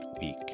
week